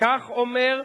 כך אומר,